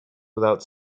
without